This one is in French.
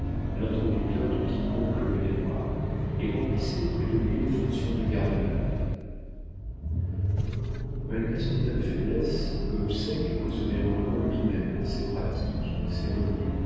l'introducteur de quiconque le venait voir et remplissait auprès de lui les fonctions de garde-malade malgré son état de faiblesse gobseck recevait encore lui-même ses pratiques ses revenus